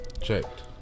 Checked